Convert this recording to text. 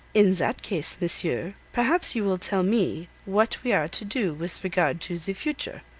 in that case, monsieur, perhaps you will tell me what we are to do with regard to the future.